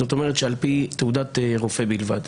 זאת אומרת שעל פי תעודת רופא בלבד.